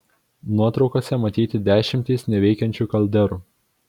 nuotraukose matyti dešimtys neveikiančių kalderų